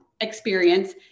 experience